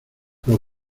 los